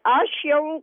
aš jau